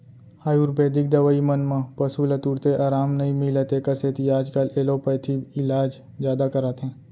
आयुरबेदिक दवई मन म पसु ल तुरते अराम नई मिलय तेकर सेती आजकाल एलोपैथी इलाज जादा कराथें